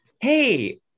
hey